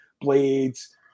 Blades